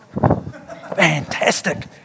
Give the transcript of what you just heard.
Fantastic